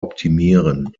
optimieren